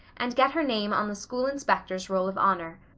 and get her name on the school inspector's roll of honor.